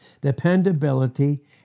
dependability